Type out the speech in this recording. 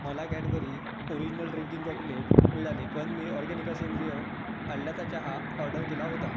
मला Cadbury original drinking chocolate मिळाले पण मी ऑरगॅनिका सेंद्रिय आल्याचा चहा ऑर्डर केला होता